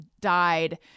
died